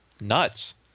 nuts